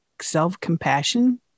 self-compassion